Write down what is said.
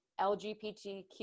lgbtq